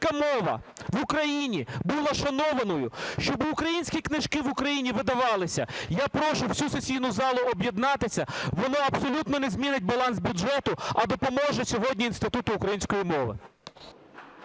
мова в Україні була шанованою, щоб українські книжки в Україні видавалися. Я прошу всю сесійну зали об'єднатися, воно абсолютно не змінить баланс бюджету, а допоможе сьогодні Інституту української мови.